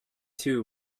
two